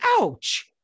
Ouch